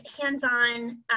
hands-on